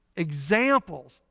examples